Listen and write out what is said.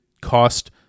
cost